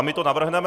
My to navrhneme.